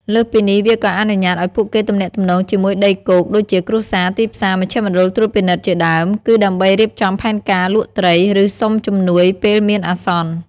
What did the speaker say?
លើសពីនេះ វាក៏អនុញ្ញាតឲ្យពួកគេទំនាក់ទំនងជាមួយដីគោក ដូចជាគ្រួសារ ទីផ្សារ មជ្ឈមណ្ឌលត្រួតពិនិត្យជាដើម គឺដើម្បីរៀបចំផែនការលក់ត្រី ឬសុំជំនួយពេលមានអាសន្ន។